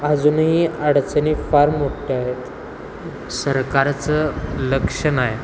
अजूनही अडचणी फार मोठ्या आहेत सरकारचं लक्ष नाही